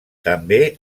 també